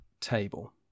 table